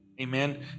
Amen